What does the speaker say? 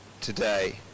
today